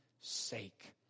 sake